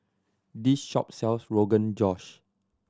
this shop sells Rogan Josh